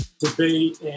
debate